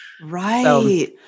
Right